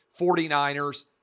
49ers